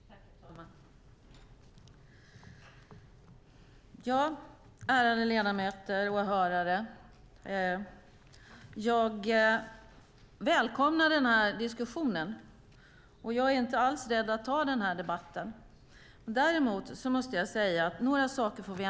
Herr talman, ärade ledamöter och åhörare! Jag välkomnar denna diskussion och är inte alls rädd att ta debatten. Några saker måste jag dock påpeka.